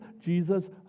Jesus